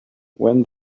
when